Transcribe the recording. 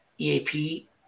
EAP